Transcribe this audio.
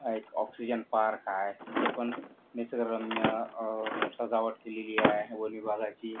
एक oxygen park आहे तिथे पण निसर्गरम्य सजावट केलेली आहे वनविभागाची